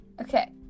Okay